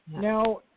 Now